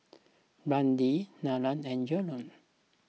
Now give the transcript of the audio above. Brandi Nina and Jerrel